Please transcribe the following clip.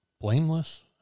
blameless